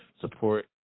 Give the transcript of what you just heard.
support